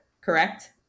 Correct